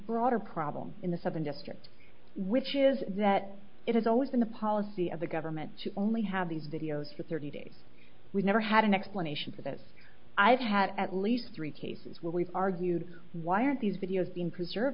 broader problem in the southern district which is that it has always been the policy of the government to only have these videos for thirty days we never had an explanation for that i've had at least three cases where we've argued why aren't these video